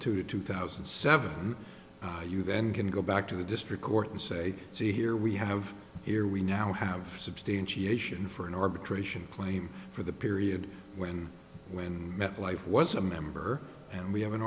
two to two thousand and seven you then can go back to the district court and say see here we have here we now have substantiation for an arbitration claim for the period when when met life was a member and we have